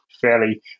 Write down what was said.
fairly